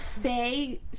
say